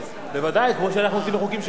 בוודאי, כמו שאנחנו עושים בחוקים שלהם.